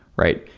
right?